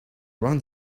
loin